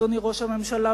אדוני ראש הממשלה,